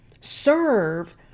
serve